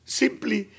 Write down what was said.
simply